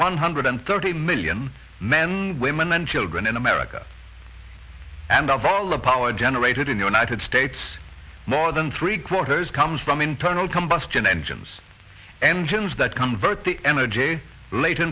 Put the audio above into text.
one hundred thirty million men women and children in america and of all the power generated in the united states more than three quarters comes from internal combustion engines engines that convert the energy late